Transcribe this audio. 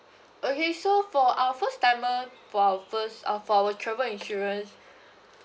okay so for our first timer for our first uh for our travel insurance